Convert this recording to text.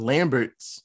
Lamberts